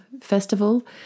festival